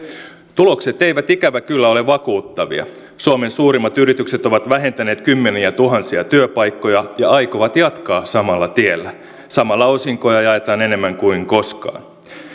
tulokset eivät ikävä kyllä ole vakuuttavia suomen suurimmat yritykset ovat vähentäneet kymmeniätuhansia työpaikkoja ja aikovat jatkaa samalla tiellä samalla osinkoja jaetaan enemmän kuin koskaan